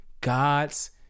God's